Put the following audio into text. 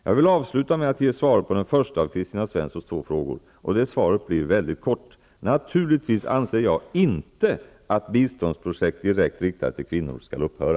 Jag vill avsluta med att ge svaret på den första av Kristina Svenssons två frågor, och det svaret blir väldigt kort: Naturligtvis anser jag inte att biståndsprojekt direkt riktade till kvinnor skall upphöra!